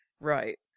Right